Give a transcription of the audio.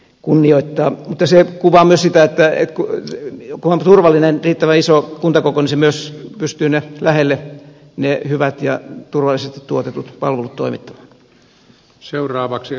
mutta se kuvaa myös sitä että kun on turvallinen riittävän iso kuntakoko niin se myös pystyy lähelle ne hyvät ja turvallisesti tuotetut palvelut toimittamaan